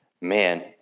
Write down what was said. man